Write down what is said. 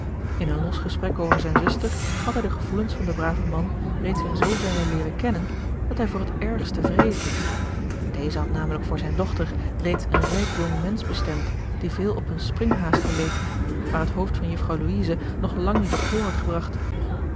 in een los gesprek over zijne zuster had hij de gevoelens van den braven man reeds in zooverre leeren kennen dat hij voor het ergste vreesde deze had namelijk voor zijne dochter reeds een rijk jong mensch bestemd die veel op een springhaas geleek maar het hoofd van jufvrouw louise nog lang niet op hol had